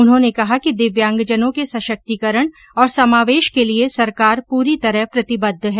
उन्होंने कहा कि दिव्यांगजनों के सशक्तिकरण और समावेश के लिए सरकार पूरी तरह प्रतिबद्ध है